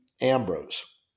Ambrose